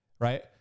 right